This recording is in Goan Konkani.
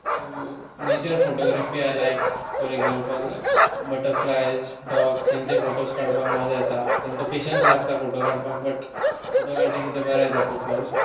two nature photography I like for example butterflies dogs तांचे फोटोज काडपाक मज्जा येता तांकां पेशेंस लागता फोटो काडपाक बट फोटो काडले की ते बरे येता फोटोज